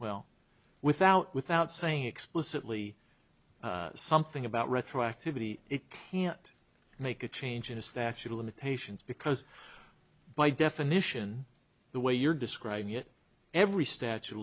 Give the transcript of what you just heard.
well without without saying explicitly something about retroactivity it can't make a change in a statute of limitations because by definition the way you're describing it every statue of